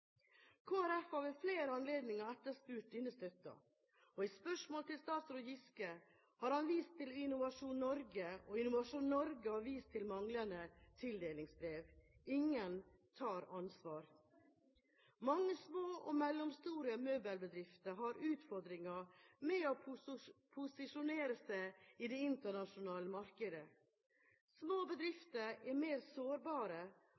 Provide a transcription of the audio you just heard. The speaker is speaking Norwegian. Folkeparti har ved flere anledninger etterspurt denne støtten. Ved spørsmål til statsråd Giske har han i svaret vist til Innovasjon Norge, og Innovasjon Norge har vist til manglende tildelingsbrev. Ingen tar ansvar. Mange små og mellomstore møbelbedrifter har utfordringer med å posisjonere seg i det internasjonale markedet. Små bedrifter er mer sårbare